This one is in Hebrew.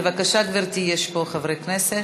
בבקשה, גברתי, יש פה חברי כנסת.